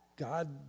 God